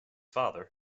father